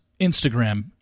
Instagram